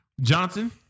Johnson